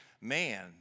man